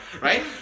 right